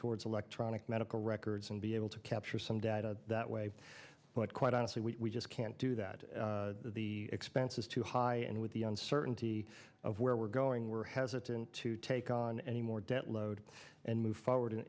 towards electronic medical records and be able to capture some data that way but quite honestly we just can't do that the expense is too high and with the uncertainty of where we're going we're hesitant to take on any more debt load and move forward